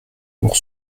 pour